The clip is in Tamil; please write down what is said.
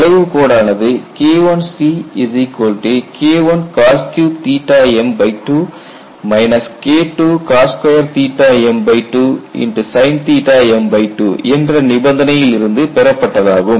வளைவு கோடானது KICKIcos3m2 KIIcos2 m2sinm2 என்ற நிபந்தனையில் இருந்து பெறப்பட்டதாகும்